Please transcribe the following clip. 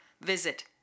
visit